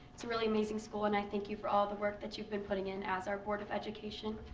it's a really amazing school and i thank you for all the work that you've been putting in as our board of education.